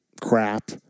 crap